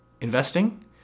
investing